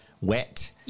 wet